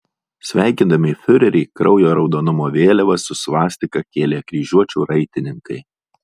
sveikindami fiurerį kraujo raudonumo vėliavas su svastika kėlė kryžiuočių raitininkai